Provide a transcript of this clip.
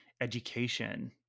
education